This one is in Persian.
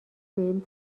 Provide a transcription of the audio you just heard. بهم